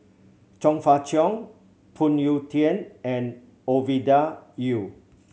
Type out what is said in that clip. Chong Fah Cheong Phoon Yew Tien and Ovidia Yu